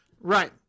Right